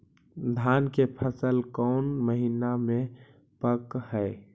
धान के फसल कौन महिना मे पक हैं?